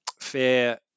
fair